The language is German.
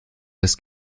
des